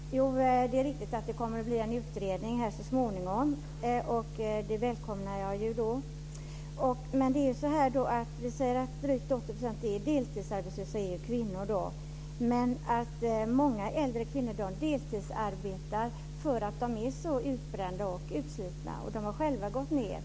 Fru talman! Det är riktigt att det kommer att bli en utredning så småningom. Det välkomnar jag. Drygt 80 % av deltidsarbetslösa är kvinnor. Men många äldre kvinnor deltidsarbetar därför att de är utbrända och utslitna och har själva gått ned.